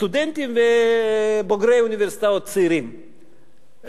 סטודנטים בוגרי אוניברסיטאות צעירים,